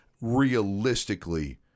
realistically